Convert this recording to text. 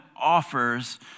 offers